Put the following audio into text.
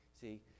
See